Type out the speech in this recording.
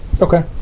Okay